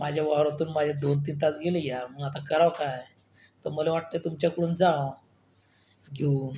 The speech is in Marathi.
माझ्या वावरातून माझे दोनतीन तास गेले आहे मग आता करावं काय तर मला वाटते तुमच्याकडून जावं घेऊन